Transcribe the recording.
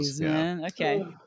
okay